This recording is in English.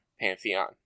pantheon